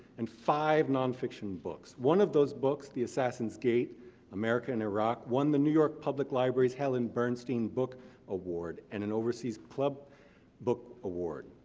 and five non-fiction books. one of those books, the assassins' gate america and iraq, won the new york public library's helen bernstein book award, and an overseas club book award.